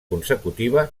consecutiva